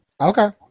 Okay